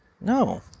No